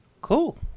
Cool